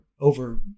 over